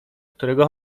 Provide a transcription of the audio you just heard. którego